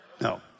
No